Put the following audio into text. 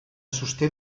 sosté